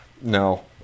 No